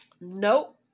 nope